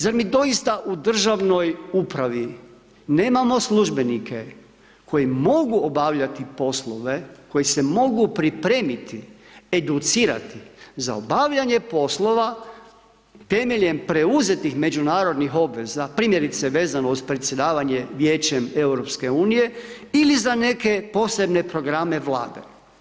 Zar mi doista u državnoj upravi nemamo službenike koji mogu obavljati poslove, koji se mogu pripremiti, educirati za obavljanje poslova temeljem preuzetih međunarodnih obveza, primjerice, vezano uz predsjedavanje Vijećem EU ili za neke Posebne programe Vlade.